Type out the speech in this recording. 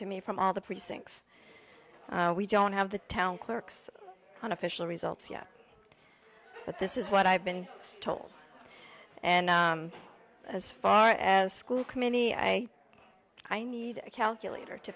to me from all the precincts we don't have the town clerks on official results yet but this is what i've been told and as far as school committee i i need a calculator to